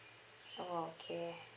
oh okay